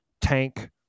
tank